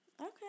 Okay